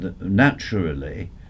naturally